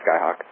Skyhawk